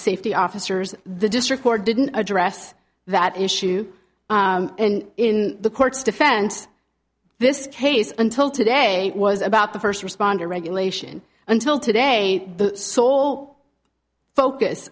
safety officers the district court didn't address that issue and in the courts defense this case until today was about the first responder regulation until today the sole focus